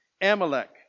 Amalek